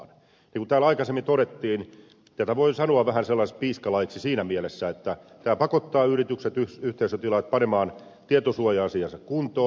niin kuin täällä aikaisemmin todettiin tätä voi sanoa vähän sellaiseksi piiskalaiksi siinä mielessä että tämä pakottaa yritykset yhteisötilaajat panemaan tietosuoja asiansa kuntoon